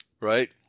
right